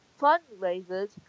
fundraisers